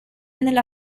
nella